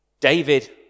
David